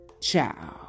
Ciao